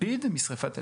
משריפת הלפיד?